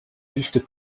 liste